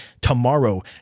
tomorrow